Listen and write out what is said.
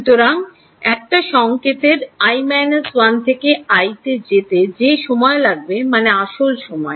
সুতরাং একটা সংকেতের i 1 থেকে i তে যেতে যে সময় লাগবে মানে আসল সময়